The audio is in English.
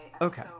Okay